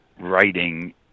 writing